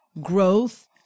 growth